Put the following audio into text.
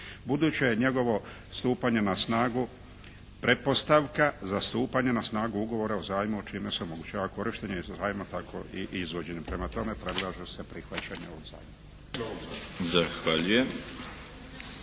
Budući je njegovo stupanje na snagu pretpostavka za stupanje na snagu Ugovora o zajmu o čime se omogućava korištenje zajma tako i izvođenjem. Prema tome predlaže se prihvaćanje ovog